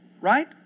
right